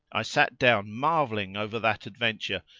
i sat down marvelling over that adventure,